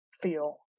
feel